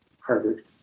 Harvard